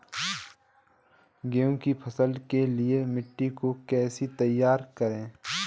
गेहूँ की फसल के लिए मिट्टी को कैसे तैयार करें?